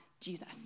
Jesus